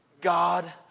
God